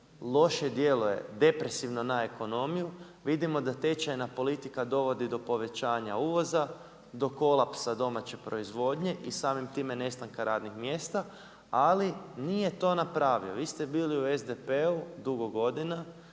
loše djeluje depresivno na ekonomiju, vidimo da tečajna politika dovodi do povećanja uvoza, do kolapsa domaće proizvodnje i samim time nestanka radnih mjesta ali nije to napravio. Vi ste bili u SDP-u dugo godina